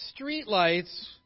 streetlights